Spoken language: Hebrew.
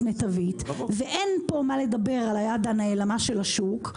מיטבית ואין פה מה לדבר על היד הנעלמה של השוק,